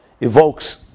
evokes